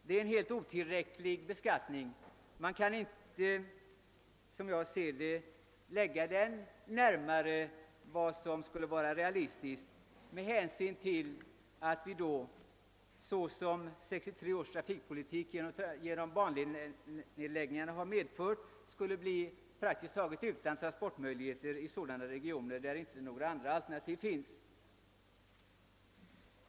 Det är en helt otillräcklig beskattning. Men som jag ser det kan man inte sätta gränsen närmare den faktiska med hänsyn till att vi då med de bandelsnedläggningar som 1963 års trafikbeslut innebär skulle bli praktiskt taget utan transportmöjligheter i sådana regioner där inga andra alternativ finns.